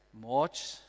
march